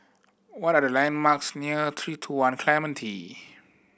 what are the landmarks near Three Two One Clementi